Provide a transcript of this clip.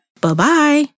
Bye-bye